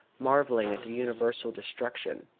marvelling at the universal destruction.